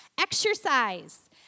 Exercise